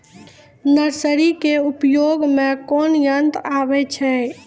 Nursery के उपयोग मे कोन यंत्र आबै छै?